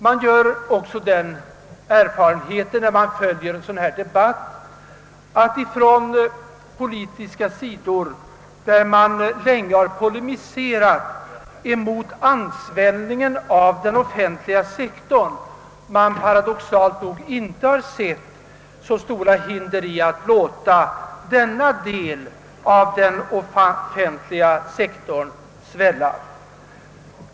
Man gör också den erfarenheten, när man följer en sådan debatt som denna, att politiska riktningar, som länge har polemiserat mot ansvällningen av den offentliga sektorn, paradoxalt nog inte har sett så stora hinder emot att låta denna del av den offentliga sektorn svälla.